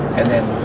and then